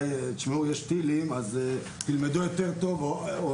תשמעו, יש טילים, אז תלמדו יותר טוב.